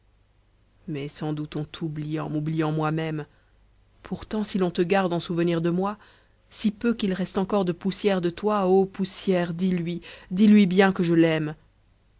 mais sans doute on t'oublie en m'oubliant moi-même pourtant si l'on te garde en souvenir de moi si peu qu'il reste encor de poussière de toi o poussière dis-lui dis-lui bien que je l'aime